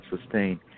sustain